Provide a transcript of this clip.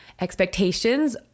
expectations